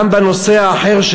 גם בנושא האחר,